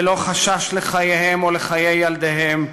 בלא חשש לחייהם או לחיי ילדיהם,